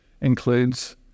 includes